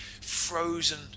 frozen